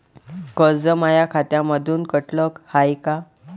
कर्ज माया खात्यामंधून कटलं हाय का?